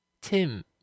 Tim